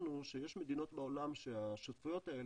ומצאנו שיש מדינות בעולם שהשותפויות האלה,